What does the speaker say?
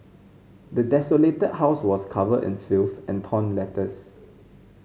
the desolated house was covered in filth and torn letters